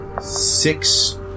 six